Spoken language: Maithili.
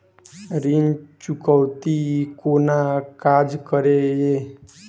ऋण चुकौती कोना काज करे ये?